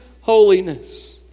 holiness